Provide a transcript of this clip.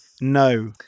No